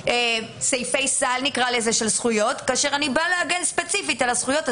- נקרא לזה סעיפי סל של זכויות כאשר אני באה לעגן ספציפית על הזכויות,